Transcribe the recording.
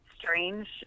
strange